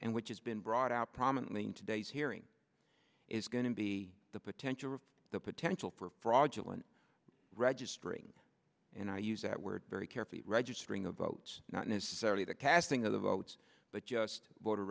and which has been brought out prominently in today's hearing is going to be the potential the potential for fraudulent registering and i use that word very carefully registering a vote not necessarily the casting of the votes but just voter